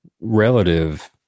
relative